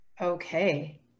Okay